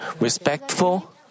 respectful